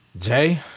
Jay